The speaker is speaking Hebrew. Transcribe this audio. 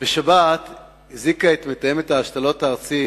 בשבת הזעיקה את מתאמת ההשתלות הארצית